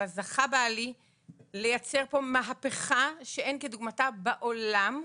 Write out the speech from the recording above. אבל זכה בעלי לייצר פה מהפכה שאין כדוגמתה בעולם.